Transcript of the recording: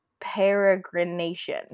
peregrination